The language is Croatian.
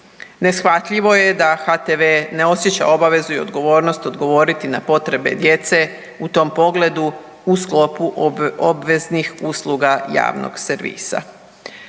Neshvatljivo je da HTV ne osjeća obavezu i odgovornost odgovoriti na potrebe djece u tom pogledu u sklopu obveznih usluga javnog servisa.